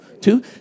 two